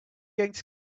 you